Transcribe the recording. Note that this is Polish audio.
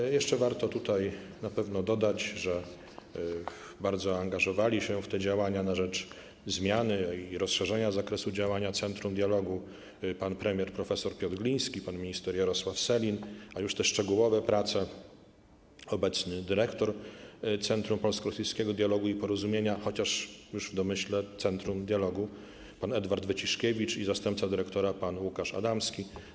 Warto jeszcze tutaj na pewno dodać, że bardzo angażowali się w te działania na rzecz zmiany i rozszerzenia zakresu działania Centrum Dialogu pan premier prof. Piotr Gliński, pan minister Jarosław Sellin, a w przypadku szczegółowych prac - obecny dyrektor Centrum Polsko-Rosyjskiego Dialogu i Porozumienia, chociaż już w domyśle Centrum Dialogu, pan Ernest Wyciszkiewicz, i zastępca dyrektora pan Łukasz Adamski.